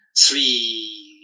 three